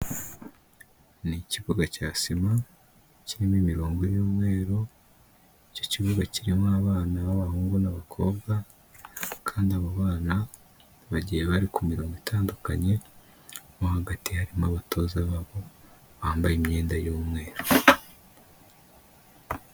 Ni ikibuga cya sima kirimo imirongo y'umweru, icyo kibuga kirimo abana b'abahungu n'abakobwa kandi abo bana bagiye bari ku mirongo itandukanye, mo hagati harimo abatoza babo bambaye imyenda y'umweru.